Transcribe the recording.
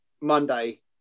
Monday